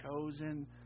chosen